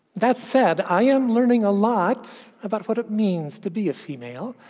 that said, i am learning a lot about what it means to be a female,